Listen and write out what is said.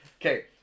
Okay